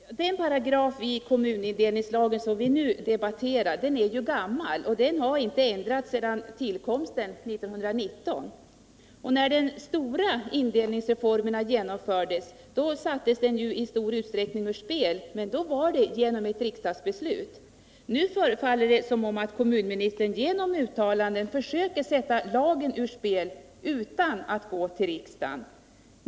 Herr talman! Den paragraf i kommunindelningslagen som vi nu debatterar är ju gammal, och den har inte ändrats sedan tillkomsten 1919. När den stora indelningsreformen genomfördes sattes den i stor utsträckning ur spel, men detta skedde genom ett riksdagsbeslut. Nu förefaller det som om kommunministern genom uttalandet försöker sätta lagen ur spel utan att gå till riksdagen.